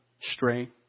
Stray